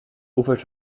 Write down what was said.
oevers